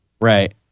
Right